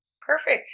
Perfect